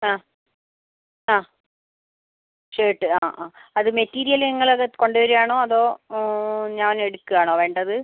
ആ ആ ഷർട്ട് ആ ആ അത് മെറ്റീരിയൽ നിങ്ങൾ അത് കൊണ്ടുവരുവാണോ അതോ ഞാൻ എടുക്കുവാണോ വേണ്ടത്